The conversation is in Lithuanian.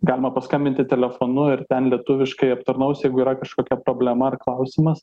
galima paskambinti telefonu ir ten lietuviškai aptarnaus jeigu yra kažkokia problema ar klausimas